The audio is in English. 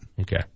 Okay